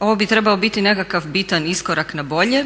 ovo bi trebao biti nekakav bitan iskorak na bolje.